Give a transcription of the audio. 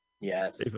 Yes